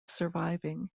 surviving